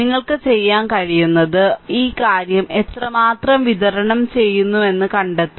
നിങ്ങൾക്ക് ചെയ്യാൻ കഴിയുന്നത് ഈ കാര്യം എത്രമാത്രം വിതരണം ചെയ്യുന്നുവെന്ന് കണ്ടെത്തുക